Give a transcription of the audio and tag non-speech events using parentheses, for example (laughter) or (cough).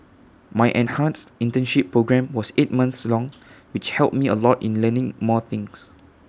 my enhanced internship programme was eight months long (noise) which helped me A lot in learning more things